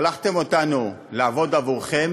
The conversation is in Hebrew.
שלחתם אותנו לעבוד עבורכם,